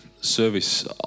service